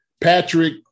patrick